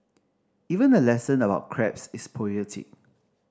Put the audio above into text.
even a lesson about crabs is poetic